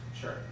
Sure